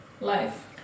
life